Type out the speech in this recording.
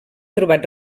trobat